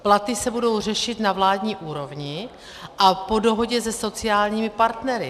Platy se budou řešit na vládní úrovni a po dohodě se sociálními partnery.